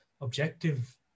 objective